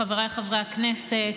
חבריי חברי הכנסת,